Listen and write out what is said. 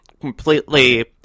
completely